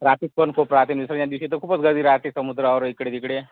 traffic पण खूप राहते विसर्जन दिवशी तर खूपच गर्दी राहते समुद्रावर इकडे तिकडे